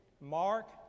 Mark